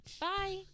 Bye